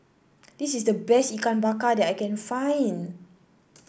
this is the best Ikan Bakar that I can find